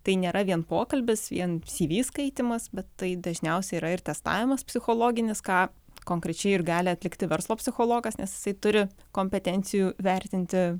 tai nėra vien pokalbis vien cy vy skaitymas bet tai dažniausiai yra ir testavimas psichologinis ką konkrečiai ir gali atlikti verslo psichologas nes jisai turi kompetencijų vertinti